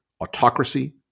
autocracy